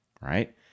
right